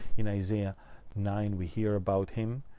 in isaiah nine, we hear about him.